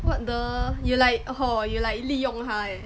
what the you like orhor you like 利用他 eh